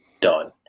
done